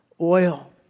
oil